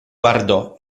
guardò